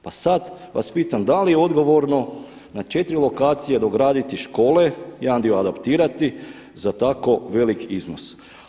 Pa sad vas pitam da li je odgovorno na četiri lokacije dograditi škole, jedan dio adaptirati za tako velik iznos.